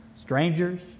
strangers